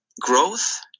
growth